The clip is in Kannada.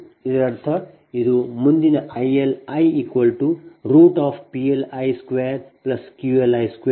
ಇದರರ್ಥ ಇದು ಮುಂದಿನ ILiPLi2QLi2∠ iVi δiPLi2QLi2i iVi